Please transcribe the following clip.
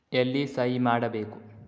ಎಲ್ಲಿ ಸಹಿ ಮಾಡಬೇಕು?